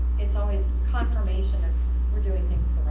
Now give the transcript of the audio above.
it's always confirmation of we're doing things